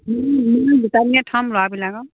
ভিটামিনে খুৱাম ল'ৰাবিলাকক